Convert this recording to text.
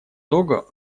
того